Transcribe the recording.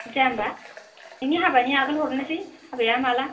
जाया होमबा बिनि हाबानि आगोल हरनोसै हाबाया माला